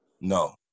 No